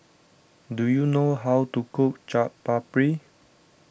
do you know how to cook Chaat Papri